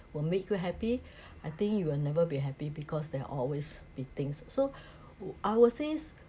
will make you happy I think you will never be happy because there are always be things so I will say